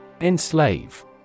Enslave